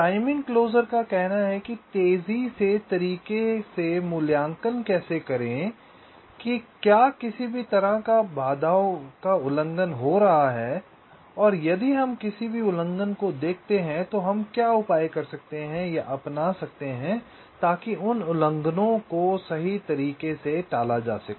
timing क्लोज़रका कहना है कि तेजी से तरीके से मूल्यांकन कैसे करें कि क्या किसी भी तरह की बाधाओं का उल्लंघन हो रहा है और यदि हम किसी भी उल्लंघन को देखते हैं तो हम क्या उपाय कर सकते हैं या अपना सकते हैं ताकि उन उल्लंघनों को सही तरीके से टाला जा सके